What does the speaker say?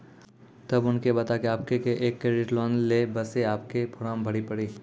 तब उनके बता के आपके के एक क्रेडिट लोन ले बसे आपके के फॉर्म भरी पड़ी?